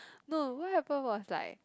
no what happen was like